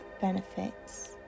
benefits